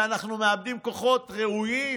ואנחנו מאבדים כוחות ראויים